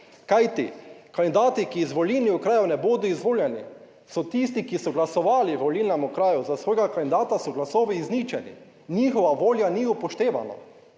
Kajti kandidati, ki iz volilnih okrajev ne bodo izvoljeni, so tisti, ki so glasovali v volilnem okraju za svojega kandidata so glasovi izničeni, njihova volja ni upoštevana.